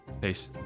Peace